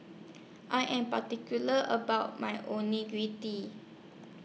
I Am particular about My Onigiri